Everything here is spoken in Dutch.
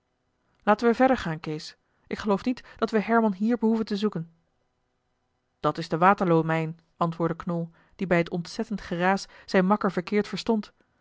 laten we verder gaan kees ik geloof niet dat we herman hier behoeven te zoeken dat is de waterloomijn antwoordde knol die bij het ontzettend geraas zijn makker verkeerd verstond